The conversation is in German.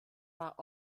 war